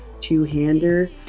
two-hander